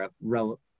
relevant